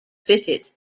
fitted